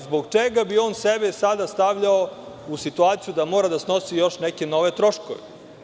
Zbog čega bi on sebe sada stavljao u situaciju da mora da snosi još neke nove troškove?